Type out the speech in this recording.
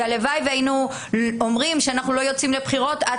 והלוואי והיינו אומרים שאנחנו לא יוצאים לבחירות עד